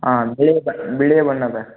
ಹಾಂ ಬಿಳಿಯ ಬ ಬಿಳಿ ಬಣ್ಣದ